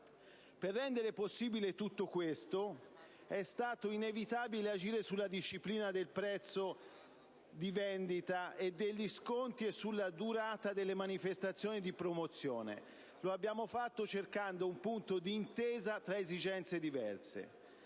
Per rendere possibile tutto ciò è stato inevitabile agire sulla disciplina del prezzo di vendita e degli sconti e sulla durata delle manifestazioni di promozione; lo abbiamo fatto cercando un punto di intesa tra esigenze diverse.